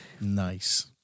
Nice